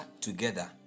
together